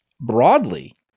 broadly